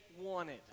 wanted